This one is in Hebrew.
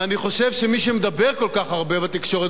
ואני חושב שמי שמדבר כל כך הרבה בתקשורת